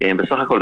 בסך הכול,